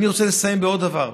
אני רוצה לסיים בעוד דבר.